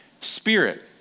Spirit